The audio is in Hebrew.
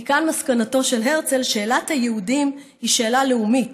מכאן מסקנתו של הרצל: שאלת היהודים היא שאלה לאומית,